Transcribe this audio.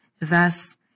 Thus